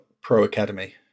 pro-academy